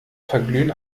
verglühen